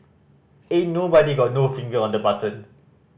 ain't nobody got no finger on the button